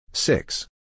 Six